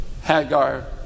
Hagar